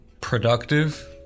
productive